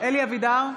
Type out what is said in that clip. אלי אבידר,